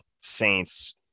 Saints